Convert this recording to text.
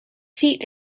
seat